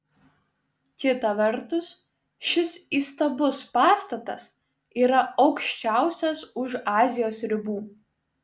kita vertus šis įstabus pastatas yra aukščiausias už azijos ribų